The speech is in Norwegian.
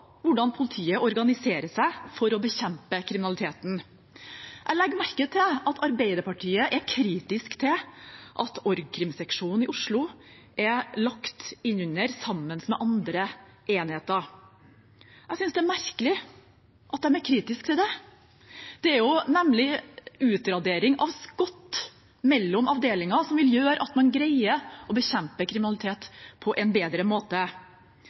hvordan politiet organiserer seg for å bekjempe kriminaliteten. Jeg legger merke til at Arbeiderpartiet er kritisk til at org.krim-seksjonen i Oslo er lagt sammen med andre enheter. Jeg synes det er merkelig at de er kritiske til det. Det er nemlig utradering av skott mellom avdelinger som vil gjøre at man greier å bekjempe kriminalitet på en bedre måte.